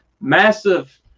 massive